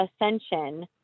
Ascension